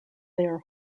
their